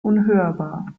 unhörbar